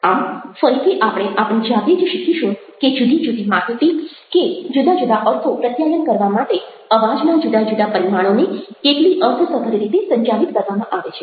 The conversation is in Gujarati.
આમ ફરીથી આપણે આપણી જાતે જ શીખીશું કે જુદી જુદી માહિતી કે જુદા જુદા અર્થો પ્રત્યાયન કરવા માટે અવાજના જુદા જુદા પરિમાણોને કેટલી અર્થસભર રીતે સંચાલિત કરવામાં આવે છે